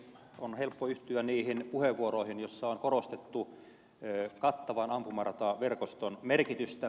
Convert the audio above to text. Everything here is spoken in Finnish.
on helppo yhtyä niihin puheenvuoroihin joissa on korostettu kattavan ampumarataverkoston merkitystä